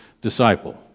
disciple